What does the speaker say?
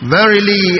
Verily